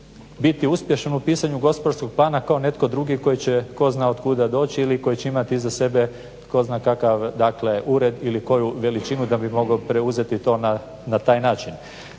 biti uspješan u pisanju gospodarskog plana kao netko drugi koji će tko zna od kuda doći ili koji će imati iza sebe tko zna kakav dakle ured ili koju veličinu da bi mogao preuzeti to na taj način.